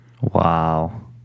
wow